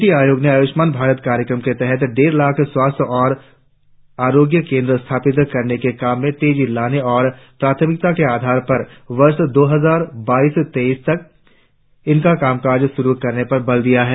नीति आयोग ने आयुष्मान भारत कार्यक्रम के तहत डेढ़ लाख स्वास्थ्य और आरोग्य केंद्र स्थापित करने के काम में तेजी लाने और प्राथमिकता के आधार पर वर्ष दो हजार बाईस तेईस तक उनका कामकाज शुरु करने पर बल दिया है